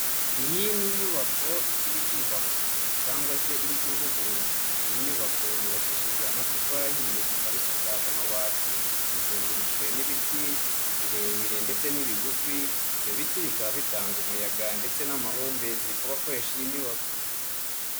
Iyi ni inyubako ikiri kubakwa cyangwa se iri kuvugururwa, iyi nyubako yubakishijwe amatafari ahiye ikaba isakaje amabati, izengurutswe n'ibiti birebire ndetse n'ibigufi, ibyo biti bikaba bitanga umuyaga ndetse n'amahumbezi ku bakoresha iyi nyubako.